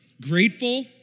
grateful